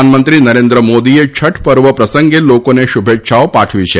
પ્રધાનમંત્રી નરેન્દ્ર મોદીએ છઠ પર્વ પ્રસંગે લોકોને શુભેચ્છાઓ પાઠવી છે